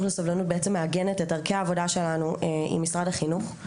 שמעגנת את דרכי העבודה שלנו עם משרד החינוך.